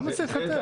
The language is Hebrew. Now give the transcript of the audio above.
למה צריך יותר?